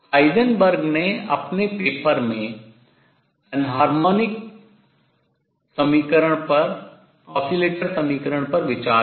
Heisenberg ने अपने paper में अहारमोनिक ऑसिलेटर समीकरण पर विचार किया